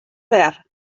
wer